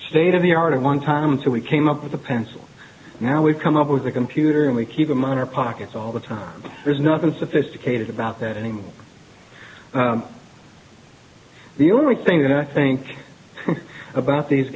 state of the art of one time and so we came up with a pencil now we've come up with a computer and we keep them on our pockets all the time there's nothing sophisticated about that anymore the only thing that i think about these